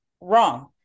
Wrong